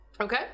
Okay